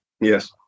Yes